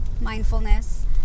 mindfulness